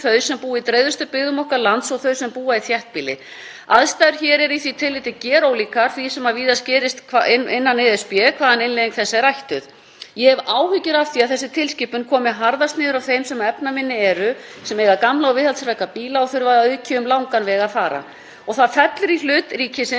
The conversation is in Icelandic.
Ég hef áhyggjur af því að þessi tilskipun komið harðast niður á þeim sem efnaminni eru sem eiga gamla og viðhaldsfreka bíla og þurfa að auki um langan veg að fara. Það fellur í hlut ríkisins, sem hér leggur fram kröfur sem þyngja fremur sporin fyrir ákveðna landshluta, að leiðrétta þetta, ekki síst í ljósi máttleysis þjónustuveitanda